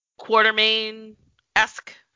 Quartermain-esque